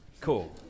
Cool